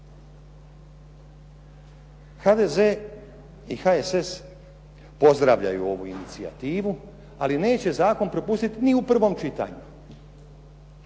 HDZ i HSS pozdravljaju ovu inicijativu ali neće prepustiti ni u prvom čitanju.